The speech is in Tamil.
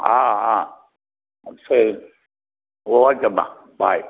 ஆ ஆ சரி ஓகேம்மா பை